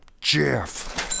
Jeff